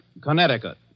Connecticut